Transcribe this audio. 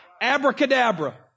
abracadabra